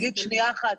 שניה אחת.